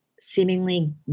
seemingly